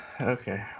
okay